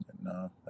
No